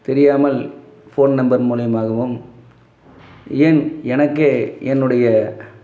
தெரியாமல் phone number மூலியமாகவும் ஏன் எனக்கே என்னுடைய